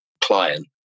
client